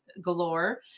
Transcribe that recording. Galore